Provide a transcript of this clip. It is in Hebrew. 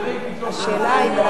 השאלה היא,